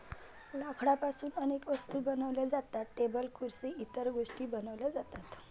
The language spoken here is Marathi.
लाकडापासून अनेक वस्तू बनवल्या जातात, टेबल खुर्सी इतर गोष्टीं बनवल्या जातात